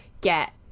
get